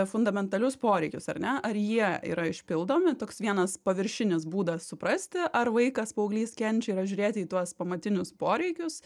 fundamentalius poreikius ar ne ar jie yra išpildomi toks vienas paviršinis būdas suprasti ar vaikas paauglys kenčia yra žiūrėti į tuos pamatinius poreikius